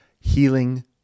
healing